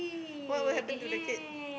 what will happen to the kid